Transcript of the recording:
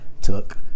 took